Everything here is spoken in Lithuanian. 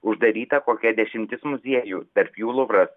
uždaryta kokia dešimtis muziejų tarp jų luvras